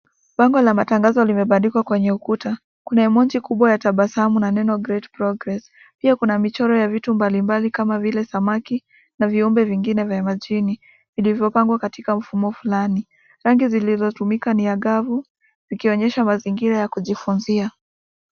Bango la tangazo limebandikwa kwenye ukuta, emoji kubwa ya tabasamu na imeandikwa great progress . Pia kuna michoro ya vitu mbalimbali kama vile samaki na viumbe vingine vya majini vilivyopangwa kwa laini katika mfumo fulani. Rangi iliyotumika ni ya gavu ikionyesha mazingira ya kujifunzia.